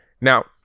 Now